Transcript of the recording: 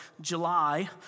July